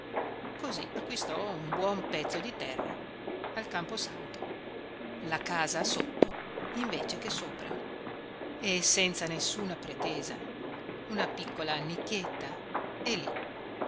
così acquistò un buon pezzo di terra al camposanto la casa sotto invece che sopra e senza nessuna pretesa una piccola nicchietta e lì